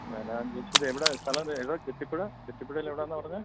വരാൻ ചേച്ചി ഇതെവിടെയാ സ്ഥലം ഏതാ ചെത്തിപ്പുഴ ചെത്തിപ്പുഴയിലെവിടെയെന്നാണ് പറഞ്ഞത്